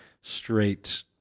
straight